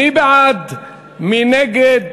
מי בעד, מי נגד?